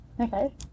okay